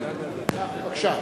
בבקשה.